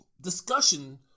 discussion